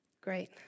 Great